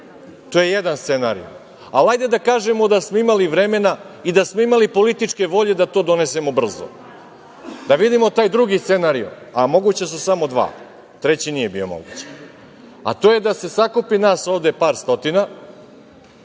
To je jedan scenario, ali hajde da kažemo da smo imali vremena i političke volje da to donesemo brzo. Da vidimo taj drugi scenario, a moguća su samo dva, treći nije bio moguć, a to je da se sakupi nas ovde, par stotina,